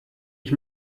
ich